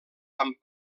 amb